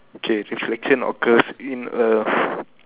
okay reflection occurs in earth